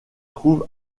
trouve